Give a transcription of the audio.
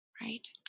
right